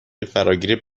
فراگیر